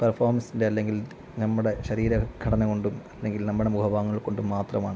പെർഫോമൻസിൻ്റെ അല്ലെങ്കിൽ നമ്മുടെ ശരീര ഘടന കൊണ്ടും അല്ലെങ്കിൽ നമ്മുടെ മുഖഭാവങ്ങൾ കൊണ്ടും മാത്രമാണ്